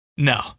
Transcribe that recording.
No